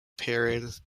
period